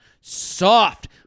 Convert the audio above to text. Soft